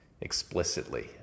explicitly